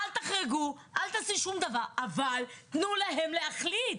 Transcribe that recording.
אבל תנו להם להחליט.